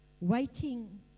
Waiting